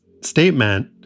statement